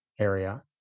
area